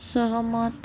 सहमत